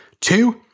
Two